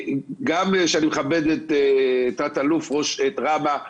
אני מכבד את רמ"א,